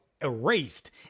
erased